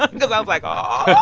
ah because i was like, oh,